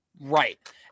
Right